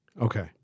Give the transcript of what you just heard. Okay